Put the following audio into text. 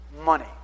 Money